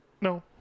No